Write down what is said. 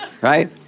right